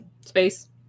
Space